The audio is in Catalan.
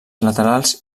laterals